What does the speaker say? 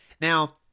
Now